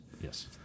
Yes